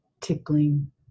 tickling